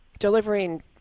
delivering